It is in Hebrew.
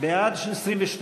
זאב לסעיף 43 לא נתקבלה.